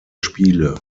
spiele